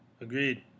agreed